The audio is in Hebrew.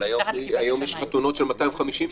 אבל היום יש חתונות של 250 איש.